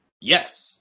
Yes